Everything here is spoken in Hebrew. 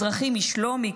אזרחים משלומי,